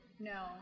No